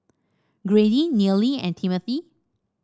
Grady Neely and Timothy